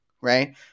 right